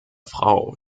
frau